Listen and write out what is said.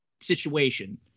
situation